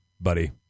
buddy